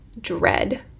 dread